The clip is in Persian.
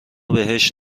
بهش